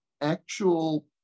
actual